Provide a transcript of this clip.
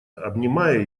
обнимая